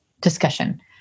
discussion